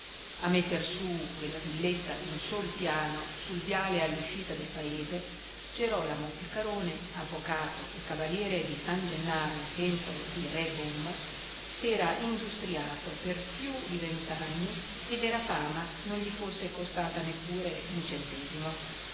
a metter su quella villetta d'un sol piano sul viale all'uscita del paese gerolamo piccarone avvocato e cavaliere di san gennaro al tempo di re bomba s'era industriato per più di vent'anni ed era fama non gli fosse costata neppure un centesimo